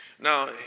Now